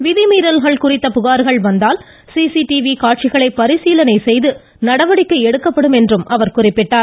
வீதிமீறல்கள் குறித்த புகார்கள் வந்தால் சிசிடிவி காட்சிகளை பரிசீலனை செய்து நடவடிக்கை எடுக்கப்படும் என்றும் அவர் குறிப்பிட்டார்